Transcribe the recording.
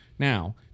now